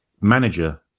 manager